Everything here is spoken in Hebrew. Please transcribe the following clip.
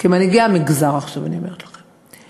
כמנהיגי המגזר אני אומרת לכם: